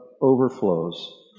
overflows